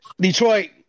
Detroit